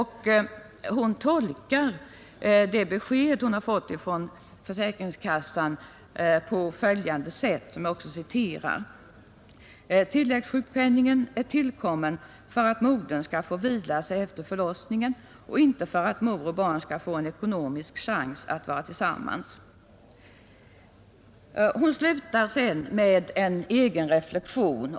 Hon tolkar det besked hon har fått på följande sätt: ”Tilläggssjukpenningen är tillkommen för att modern skall få vila sig efter förlossningen och inte för att mor och barn skall få en ekonomisk chans att vara tillsammans.” Hon avslutar brevet med en egen reflexion.